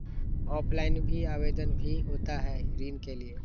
Offline भी आवेदन भी होता है ऋण के लिए?